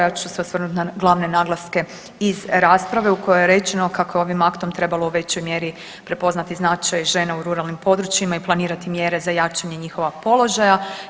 Ja ću se sad osvrnut na glavne naglaske iz rasprave u kojoj je rečeno kako je ovim aktom trebalo u većoj mjeri prepoznati značaj žena u ruralnim područjima i planirati mjere za jačanje njihova položaja.